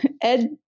Ed